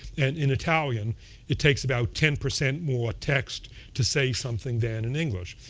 and in italian it takes about ten percent more text to say something than in english.